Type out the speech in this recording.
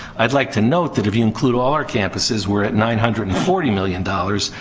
i'd like to note that, if you include all our campuses, we're at nine hundred and forty million dollars.